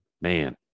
man